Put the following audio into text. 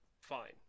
fine